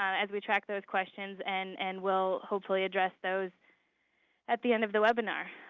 as we track those questions. and and we'll hopefully address those at the end of the webinar.